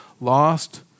Lost